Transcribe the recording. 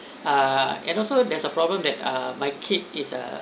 uh and also there is a problem that uh my kid is uh